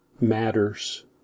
matters